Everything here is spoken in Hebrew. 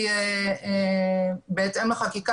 בהתאם לחקיקה,